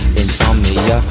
insomnia